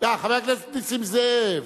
חבר הכנסת נסים זאב.